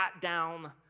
down